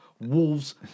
Wolves